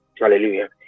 hallelujah